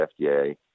FDA